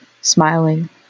smiling